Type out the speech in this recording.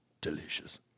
delicious